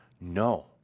No